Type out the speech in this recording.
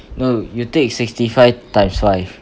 no you take sixty five times five